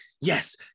yes